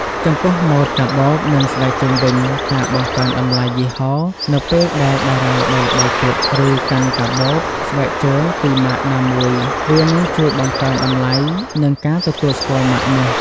ចំពោះម៉ូតកាបូប និងស្បែកជើងវិញការបង្កើនតម្លៃយីហោនៅពេលដែលតារាល្បីៗពាក់ ឬកាន់កាបូប ស្បែកជើងពីម៉ាកណាមួយ វានឹងជួយបង្កើនតម្លៃ និងការទទួលស្គាល់ម៉ាកនោះ។